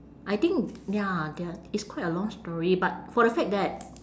I think ya there are it's quite a long story but for the fact that